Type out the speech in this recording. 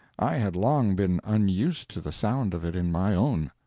i had long been unused to the sound of it in my own.